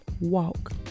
walk